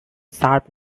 sharp